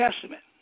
Testament